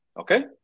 Okay